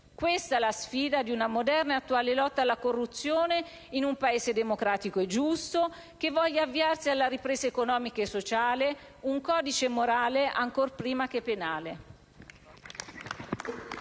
Questa è la sfida di una moderna e attuale lotta alla corruzione in un Paese democratico e giusto che voglia avviarsi alla ripresa economica e sociale: un codice morale, ancor prima che penale.